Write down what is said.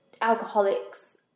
alcoholics